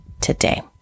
today